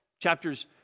chapters